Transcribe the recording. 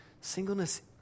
Singleness